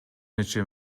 нече